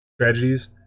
tragedies